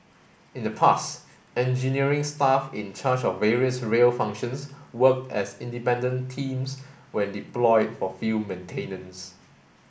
in the past engineering staff in charge of various rail functions worked as independent teams when deployed for field maintenance